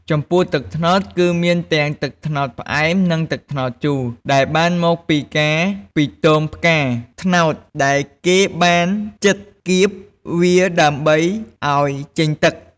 ចំពោះទឹកត្នោត គឺមានទាំង ទឹកត្នោតផ្អែម និងទឹកត្នោតជូរ ដែលបានមកពីការពីទងផ្កាត្នោតដែលគេបានចិតគៀបវាដើម្បីឱ្យចេញទឹក។